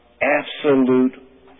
absolute